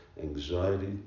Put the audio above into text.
anxiety